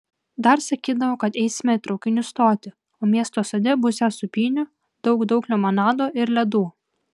dar sakydavo kad eisime į traukinių stotį o miesto sode būsią sūpynių daug daug limonado ir ledų